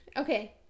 okay